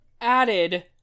added